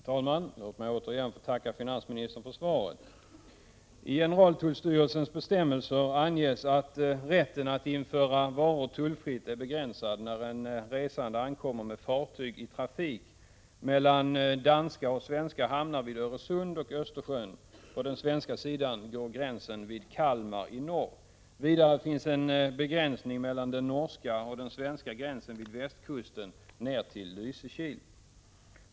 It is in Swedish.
Herr talman! Låt mig återigen få tacka finansministern för svaret. I generaltullstyrelsens bestämmelser anges att rätten att införa varor tullfritt är begränsad när en resande ankommer med fartyg i trafik mellan danska och svenska hamnar i Öresund och Östersjön — på den svenska sidan går gränsen vid Kalmar i norr. Vidare finns en begränsning mellan den norska och svenska gränsen vid västkusten ned till Lysekil.